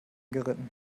geritten